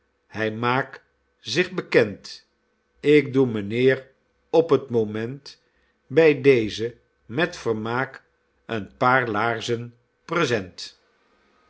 hy maak zich bekend ik doe mijnheer op t moment by deze met vermaak een paar laarzen present